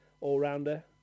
all-rounder